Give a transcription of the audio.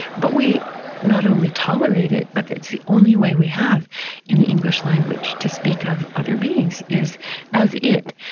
but we not only tolerate it, but it's the only way we have in the english language to speak of other beings, is as it.